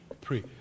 pray